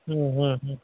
ம் ம் ம்